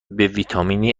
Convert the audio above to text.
ویتنامی